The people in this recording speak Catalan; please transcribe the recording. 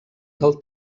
del